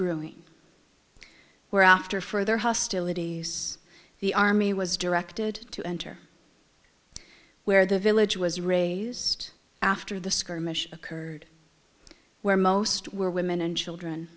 brewing where after further hostilities the army was directed to enter where the village was raised after the skirmish occurred where most were women and children